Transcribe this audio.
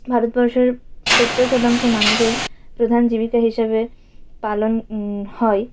ভারতবর্ষের সত্তর শতাংশ মানুষের প্রধান জীবিকা হিসাবে পালন হয়